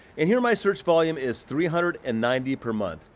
and here, my search volume is three hundred and ninety per month.